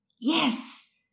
Yes